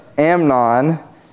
Amnon